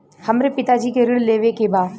हमरे पिता जी के ऋण लेवे के बा?